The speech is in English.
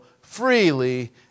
freely